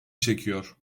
çekiyor